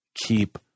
Keep